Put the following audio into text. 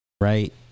right